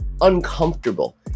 uncomfortable